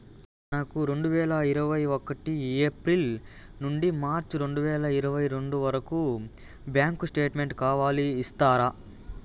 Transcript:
నాకు రెండు వేల ఇరవై ఒకటి ఏప్రిల్ నుండి మార్చ్ రెండు వేల ఇరవై రెండు వరకు బ్యాంకు స్టేట్మెంట్ కావాలి ఇస్తారా